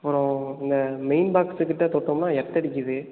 அப்புறம் இந்த main box கிட்டே தொட்டோமுன்னால் எர்த்தடிக்குது